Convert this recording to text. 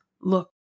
Look